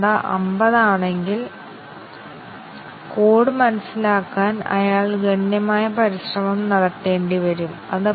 തുടർന്ന് നമ്പർ ചെയ്ത സ്റ്റേറ്റ്മെന്റുകൾ ഉപയോഗിച്ച് ഞങ്ങൾ ഇവിടെ നോഡുകൾ വരയ്ക്കുന്നു